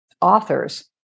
authors